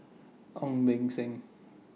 Ong Beng Seng